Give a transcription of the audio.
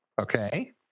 okay